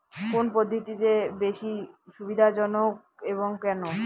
কোন পদ্ধতি বেশি সুবিধাজনক এবং কেন?